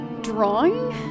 Drawing